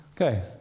okay